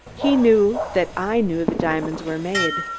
he knew that i knew the diamonds were made.